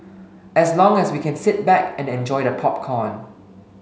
as long as we can sit back and enjoy the popcorn